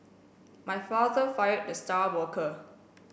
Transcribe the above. my father fired the star worker